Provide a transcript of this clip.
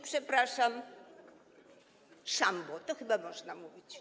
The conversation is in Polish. Przepraszam, ale to chyba można mówić.